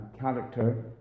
character